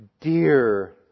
dear